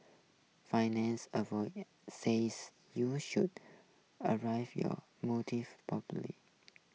finance says you should arrive your motive properly